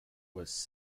was